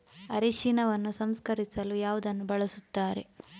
ಅರಿಶಿನವನ್ನು ಸಂಸ್ಕರಿಸಲು ಯಾವುದನ್ನು ಬಳಸುತ್ತಾರೆ?